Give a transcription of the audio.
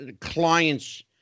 clients